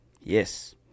Yes